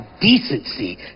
decency